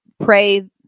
pray